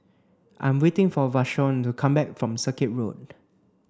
I'm waiting for Vashon to come back from Circuit Road